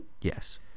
Yes